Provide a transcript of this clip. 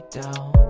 down